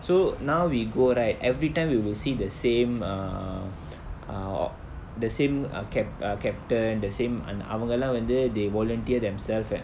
so now we go right everytime we will see the same err err o~ the same uh cap~ uh captain the same and அவங்களா வந்து:avangalaa vanthu they volunteer themselves